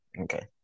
Okay